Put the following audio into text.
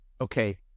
Okay